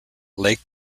lake